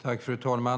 Fru talman!